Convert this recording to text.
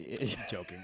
joking